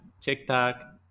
TikTok